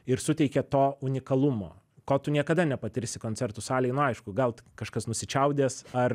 ir suteikia to unikalumo ko tu niekada nepatirsi koncertų salėj nu aišku gal kažkas nusičiaudės ar